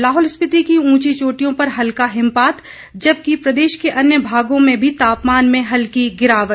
लाहौल स्पीति की ऊंची चोटियों पर हल्का हिमपात जबकि प्रदेश के अन्य भागों में भी तापमान में हल्की गिरावट